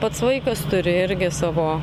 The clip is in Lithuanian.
pats vaikas turi irgi savo